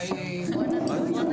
סיור ועדה.